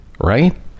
right